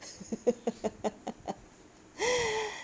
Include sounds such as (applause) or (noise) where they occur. (laughs)